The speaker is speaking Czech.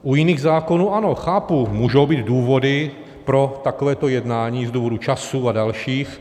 U jiných zákonů, ano, chápu, můžou být důvody pro takovéto jednání z důvodu času a dalších.